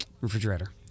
Refrigerator